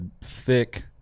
thick